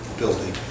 building